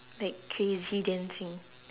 like crazy dancing